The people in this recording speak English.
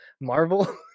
Marvel